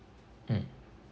mm